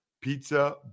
Pizza